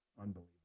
Unbelievable